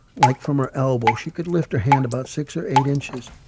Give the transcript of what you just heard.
like, from her elbow. she could lift her hand about six or eight inches.